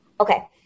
Okay